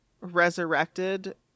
resurrected